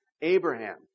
Abraham